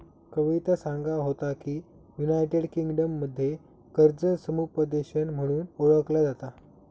कविता सांगा होता की, युनायटेड किंगडममध्ये कर्ज समुपदेशन म्हणून ओळखला जाता